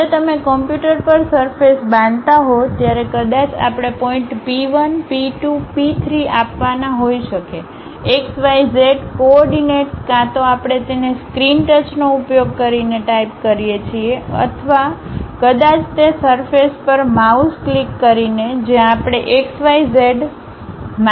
જ્યારે તમે કમ્પ્યુટર પર સરફેસ બાંધતા હો ત્યારે કદાચ આપણે પોઇન્ટ પી 1 પી 2 પી 3 આપવાના હોઈ શકે એક્સ વાય ઝેડ કોઓર્ડિનેટ્સ કાં તો આપણે તેને સ્ક્રીન ટચનો ઉપયોગ કરીને ટાઇપ કરીએ છીએ અથવા કદાચ તે સરફેસ પર માઉસ ક્લિક કરીને જ્યાં આપણે એક્સ વાય ઝેડ માહિતી આપીશું